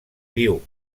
viu